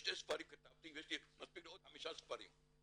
שני ספרים כתבתי ויש לי מספיק לעוד חמישה ספרים.